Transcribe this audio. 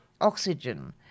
oxygen